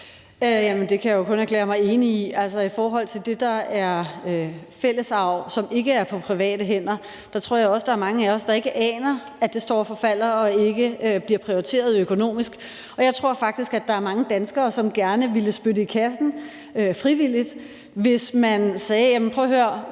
Det kan jeg jo kun erklære mig enig i. Altså, i forhold til det, der er fællesarv, og som ikke er på private hænder, tror jeg også, der er mange af os, der ikke aner, at det står og forfalder og ikke bliver prioriteret økonomisk. Jeg tror faktisk, der er mange danskere, som gerne ville spytte i kassen frivilligt, hvis man sagde: Prøv at høre,